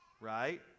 right